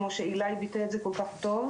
כמו שאילאי ביטא את זה כל כך טוב,